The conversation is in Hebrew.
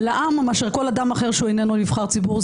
לעם מאשר כל אדם אחר שהוא איננו נבחר ציבור.